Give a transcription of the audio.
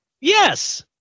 Yes